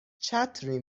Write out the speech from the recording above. چتری